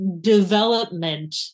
development